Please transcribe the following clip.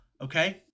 Okay